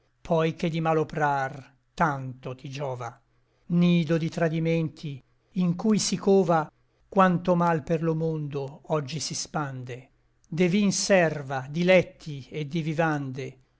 poi che di mal oprar tanto ti giova nido di tradimenti in cui si cova quanto mal per lo mondo oggi si spande de vin serva di lecti et di vivande